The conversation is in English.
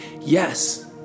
yes